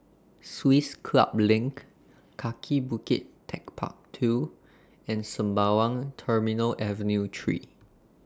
Swiss Club LINK Kaki Bukit Techpark two and Sembawang Terminal Avenue three